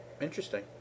Interesting